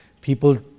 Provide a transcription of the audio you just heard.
people